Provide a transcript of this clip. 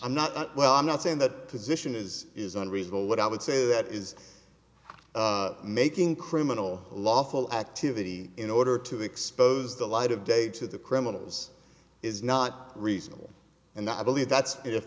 i'm not well i'm not saying that position is is unreasonable what i would say that is making criminal lawful activity in order to expose the light of day to the criminals is not reasonable and i believe that's i